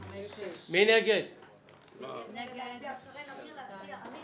ההצעה לא נתקבלה ותעלה למליאה כהסתייגות לקריאה שנייה ולקריאה שלישית.